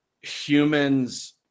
humans